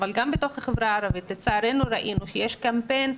אבל גם בתוך החברה הערבית לצערנו ראינו שיש קמפיין,